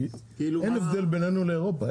כי אין הבדל בינינו לבין אירופה.